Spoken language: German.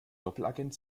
doppelagent